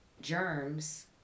germs